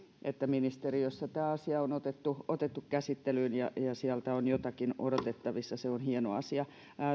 että ministeriössä tämä asia on otettu otettu käsittelyyn ja sieltä on jotakin odotettavissa se on hieno asia